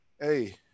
Hey